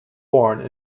born